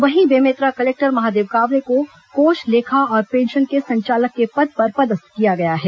वहीं बेमेतरा कलेक्टर महादेव कावरे को कोष लेखा और पेंशन के संचालक के पद पर पदस्थ किया गया है